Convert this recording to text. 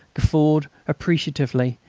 guffawed appreciatively,